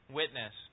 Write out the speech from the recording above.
witness